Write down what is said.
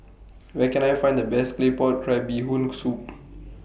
Where Can I Find The Best Claypot Crab Bee Hoon Soup